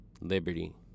Liberty